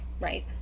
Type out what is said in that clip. Right